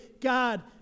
God